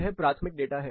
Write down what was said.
यह प्राथमिक डाटा है